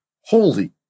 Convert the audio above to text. holy